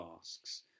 asks